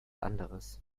anderes